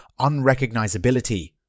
unrecognizability